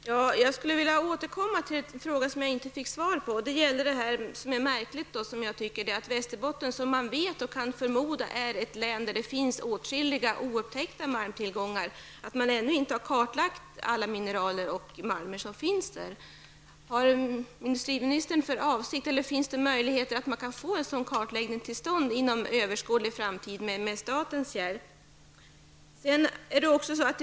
Herr talman! Jag skulle vilja återkomma till de frågor som jag inte fick svar på. Som vi vet är Västerbottens län ett län där det finns åtskilliga oupptäckta malmtillgångar. Det är då märkligt att man ännu inte har kartlagt alla mineraler och malmer som finns där. Kan man få en sådan kartläggning till stånd med statens hjälp inom överskådlig framtid?